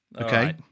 Okay